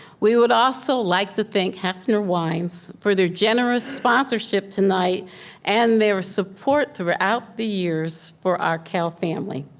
we would also like to thank hafner wines for their generous sponsorship tonight and their support throughout the years for our cal family.